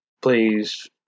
please